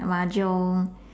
mahjong